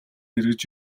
эргэж